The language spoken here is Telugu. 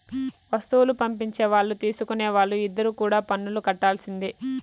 వస్తువులు పంపించే వాళ్ళు తీసుకునే వాళ్ళు ఇద్దరు కూడా పన్నులు కట్టాల్సిందే